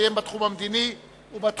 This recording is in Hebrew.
25 בעד, 48 נגד ואין נמנעים.